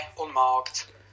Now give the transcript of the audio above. unmarked